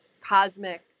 cosmic